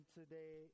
today